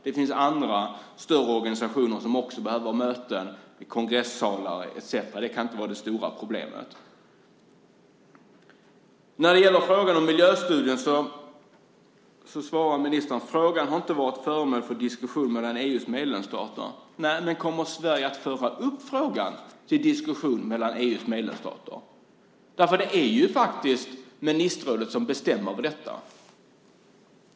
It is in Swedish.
Det finns andra större organisationer som också behöver hålla möten i kongressalar etcetera. Det kan inte vara det stora problemet. På frågan om miljöstudien svarar ministern: "Frågan har inte varit föremål för diskussion mellan EU:s medlemsstater." Men kommer Sverige att föra upp frågan till diskussion mellan EU:s medlemsstater? Det är faktiskt ministerrådet som bestämmer över detta.